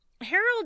Harold